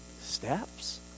steps